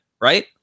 right